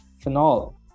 phenol